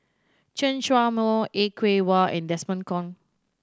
Chen Show Mao Er Kwong Wah and Desmond Kon